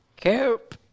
Coop